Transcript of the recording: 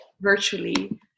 virtually